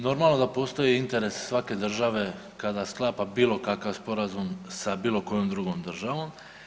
Normalno da postoji interes svake države kada sklapa bilo kakav sporazum sa bilo kojom drugom državom.